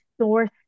source